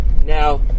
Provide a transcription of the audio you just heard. Now